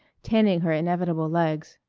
tanning her inevitable legs.